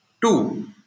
Two